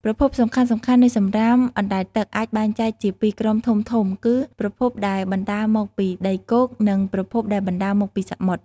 ប្រភពសំខាន់ៗនៃសំរាមអណ្តែតទឹកអាចបែងចែកជាពីរក្រុមធំៗគឺ ប្រភពដែលបណ្តាលមកពីដីគោក និង ប្រភពដែលបណ្តាលមកពីសមុទ្រ។